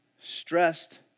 stressed